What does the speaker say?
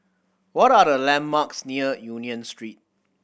what are the landmarks near Union Street